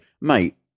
mate